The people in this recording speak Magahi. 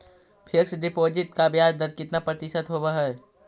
फिक्स डिपॉजिट का ब्याज दर कितना प्रतिशत होब है?